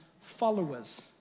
followers